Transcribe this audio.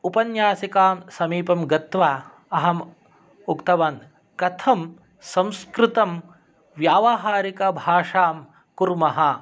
उपन्यासिकां समीपं गत्वा अहं उक्तवान् कथं संस्कृतं व्यावाहारिकभाषां कुर्मः